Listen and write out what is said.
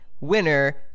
winner